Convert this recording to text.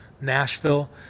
Nashville